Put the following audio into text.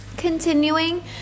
continuing